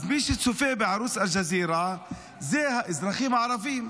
אז מי שצופה בערוץ אל-ג'זירה הם האזרחים הערבים.